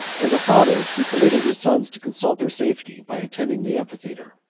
as a father, he permitted his sons to consult their safety by attending the amphitheatre.